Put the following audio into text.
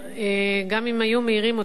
גם אם היו מעירים אותי,